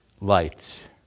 light